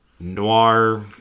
Noir